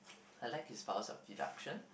I like his powers of deduction